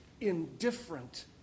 indifferent